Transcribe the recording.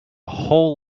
whole